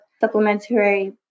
supplementary